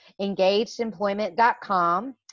engagedemployment.com